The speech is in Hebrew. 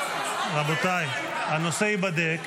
--- רבותיי, הנושא ייבדק.